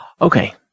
Okay